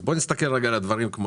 אז נסתכל על הדברים כמו שהם.